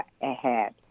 ahead